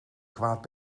kwaad